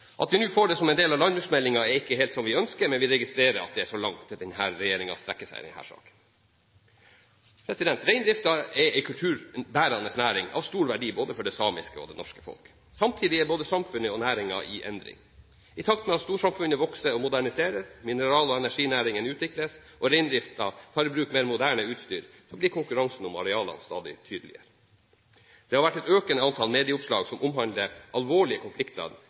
At vi nå får det som en del av landbruksmeldingen, er ikke helt som vi ønsker, men vi registrerer at det er så langt denne regjeringen strekker seg i denne saken. Reindriften er en kulturbærende næring av stor verdi for både det samiske og det norske folk. Samtidig er både samfunnet og næringen i endring. I takt med at storsamfunnet vokser og moderniseres, mineral- og energinæringene utvikles og reindriften tar i bruk mer moderne utstyr, blir konkurransen om arealene stadig tydeligere. Det har vært et økende antall medieoppslag som omhandler alvorlige konflikter